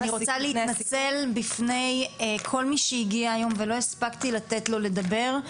אני רוצה להתנצל בפני כל מי שהגיע היום ולא הספקתי לתת לו לדבר,